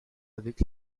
avec